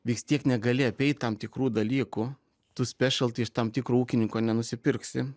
vis tiek negali apeit tam tikrų dalykų tu spešal ti iš tam tikro ūkininko nenusipirksi